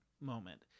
moment